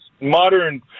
modern